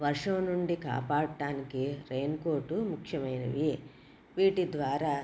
వర్షం నుండి కాపాడటానికి రైన్ కోట్ ముఖ్యమైనవి వీటి ద్వారా